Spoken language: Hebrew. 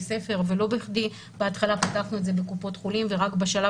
ספר ולא בכדי בהתחלה פתחנו את זה בקופות חולים ורק בשלב